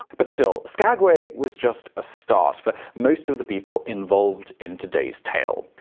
but still, skagway was just a start for most of the people involved in today's tale.